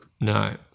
no